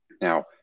Now